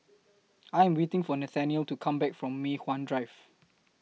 I Am waiting For Nathanial to Come Back from Mei Hwan Drive